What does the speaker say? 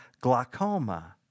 glaucoma